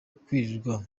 kwirirwa